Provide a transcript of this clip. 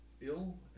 ill